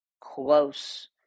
close